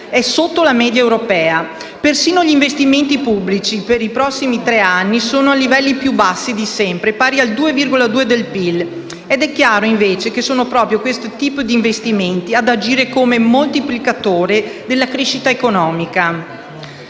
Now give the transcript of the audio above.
supera la media europea. Persino gli investimenti pubblici per i prossimi tre anni sono ai livelli più bassi di sempre (pari al 2,2 per cento del PIL) ed è chiaro, invece, che è proprio questo tipo di investimenti ad agire come moltiplicatore della crescita economica.